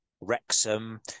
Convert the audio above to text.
Wrexham